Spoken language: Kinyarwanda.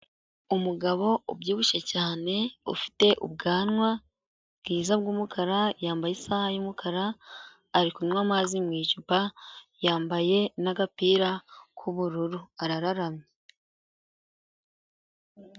Umugabo ubyibushye cyane ufite ubwanwa bwiza bw'umukara, yambaye isaha y'umukara ari kunywa amazi mu icupa, yambaye n'agapira k'ubururu arararamye.